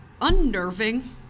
unnerving